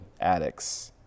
addicts